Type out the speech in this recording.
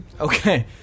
Okay